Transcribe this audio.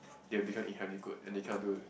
they will become in honey good and they kind of do